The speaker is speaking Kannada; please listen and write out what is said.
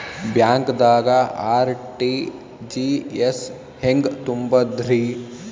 ಬ್ಯಾಂಕ್ದಾಗ ಆರ್.ಟಿ.ಜಿ.ಎಸ್ ಹೆಂಗ್ ತುಂಬಧ್ರಿ?